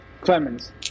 Clemens